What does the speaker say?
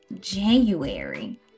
January